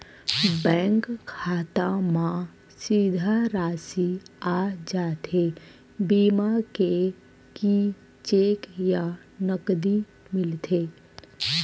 Bank खाता मा सीधा राशि आ जाथे बीमा के कि चेक या नकदी मिलथे?